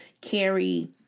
carry